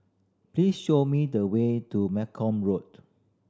please show me the way to Malcolm Road